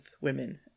women